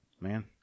man